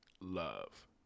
love